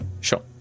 sure